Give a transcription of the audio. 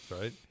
right